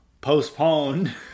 postponed